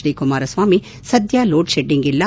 D Kumaraswamy ಸದ್ಯ load shedding ಇಲ್ಲ